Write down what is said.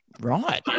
Right